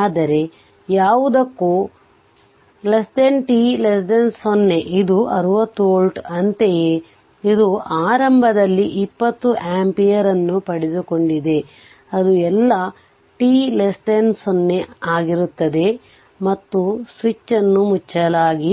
ಆದರೆ ಯಾವುದಕ್ಕೂ t 0 ಇದು 60V ಅಂತೆಯೇ ಇದು ಆರಂಭದಲ್ಲಿ 20 ampere ಅನ್ನು ಪಡೆದುಕೊಂಡಿದೆ ಅದು ಎಲ್ಲಾ t 0 ಗಾಗಿರುತ್ತದೆ ಮತ್ತು ಸ್ವಿಚ್ ಅನ್ನು ಮುಚ್ಚಲಾಗಿದೆ